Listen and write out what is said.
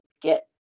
get